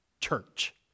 church